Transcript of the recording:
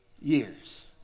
years